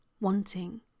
wanting